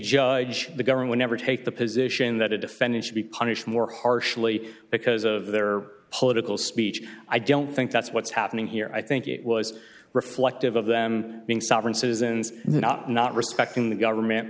judge the governor would never take the position that a defendant should be punished more harshly because of their political speech i don't think that's what's happening here i think it was reflective of them being sovereign citizens not not respecting the government